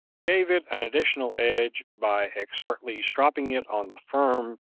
gave it an additional edge by expertly strapping it on the firm,